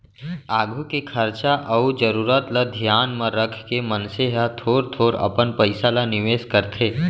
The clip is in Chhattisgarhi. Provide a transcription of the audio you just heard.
आघु के खरचा अउ जरूरत ल धियान म रखके मनसे ह थोर थोर अपन पइसा ल निवेस करथे